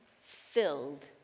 filled